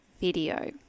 video